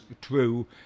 true